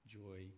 joy